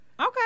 Okay